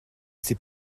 sait